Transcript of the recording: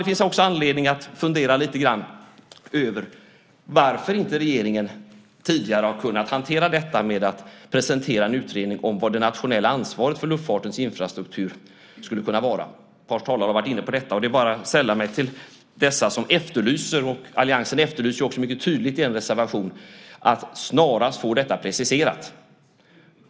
Det finns också anledning att fundera lite grann över varför regeringen inte tidigare har kunnat presentera en utredning om det nationella ansvaret för luftfartens infrastruktur. Ett par talare har varit inne på detta. Jag sällar mig till dem som efterlyser detta. Alliansen efterlyser också mycket tydligt i en reservation att detta snarast preciseras.